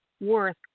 worth